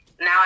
Now